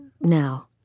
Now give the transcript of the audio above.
now